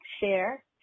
share